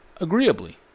agreeably